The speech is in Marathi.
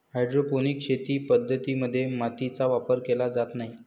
हायड्रोपोनिक शेती पद्धतीं मध्ये मातीचा वापर केला जात नाही